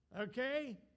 Okay